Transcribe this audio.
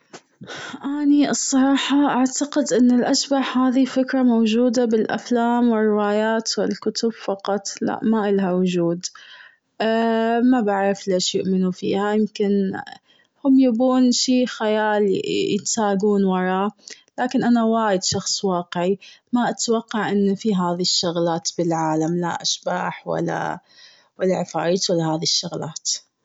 أني الصراحة اعتقد إن الأشباح هذي فكرة موجودة بالأفلام والروايات والكتب فقط لا ما إلها وجود. ما بعرف ليش يؤمنوا فيها يمكن هم يبون شي خيالي يتساقون وراه. لكن أنا وايد شخص واقعي ماني في هذي الشغلات في العالم لا أشباح و لا- و لا عفاريت و لا هذي الشغلات.